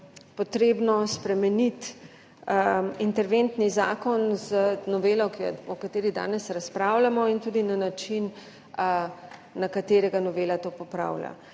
potrebno spremeniti interventni zakon z novelo, o kateri danes razpravljamo, in tudi na način, na katerega novela to popravlja.